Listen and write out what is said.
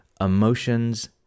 Emotions